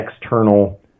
external